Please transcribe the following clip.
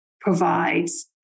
provides